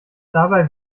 dabei